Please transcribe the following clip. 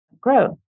grow